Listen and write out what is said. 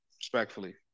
Respectfully